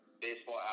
baseball